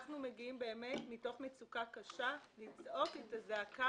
אנחנו מגיעים באמת מתוך מצוקה קשה לצעוק את הזעקה של הילדים.